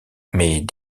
mais